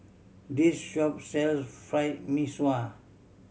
this shop sells Fried Mee Sua